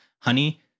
honey